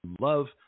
love